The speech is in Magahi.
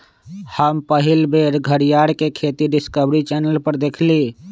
हम पहिल बेर घरीयार के खेती डिस्कवरी चैनल पर देखली